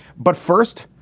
but first,